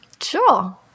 Sure